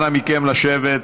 אנא מכם, לשבת.